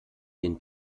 den